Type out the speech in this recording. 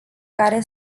care